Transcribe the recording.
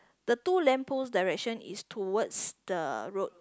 the two lamppost direction is towards the road